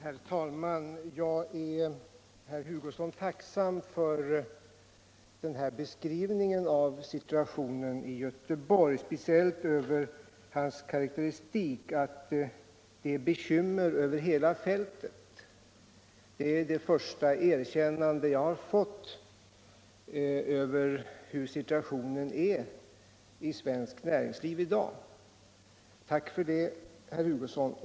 Herr talman! Jag är tacksam för herr Hugossons beskrivning av situationen i Göteborg och speciellt för den del av hans karakteristik som gick ut på att det förekommer bekymmer över hela fältet. Det är det första erkännande jag har fått från socialdemokratiskt håll när det gäller situationen i svenskt näringsliv i dag. Tack för det, herr Hugosson!